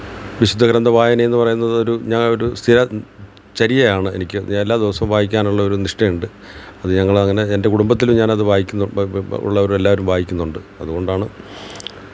വിശുദ്ധ ഗ്രന്ഥ വായനയെന്ന് പറയുന്നതൊരു ഞാനൊരു സ്ഥിരചര്യയാണ് എനിക്ക് ഞാന് എല്ലാ ദിവസവും വായിക്കാനുള്ള ഒരു നിഷ്ഠയുണ്ട് അത് ഞങ്ങളങ്ങനെ എന്റെ കുടുംബത്തിലും ഞാനത് വായിക്കുന്നു ഉള്ളവരും എല്ലാവരും വായിക്കുന്നുണ്ട് അതുകൊണ്ടാണ്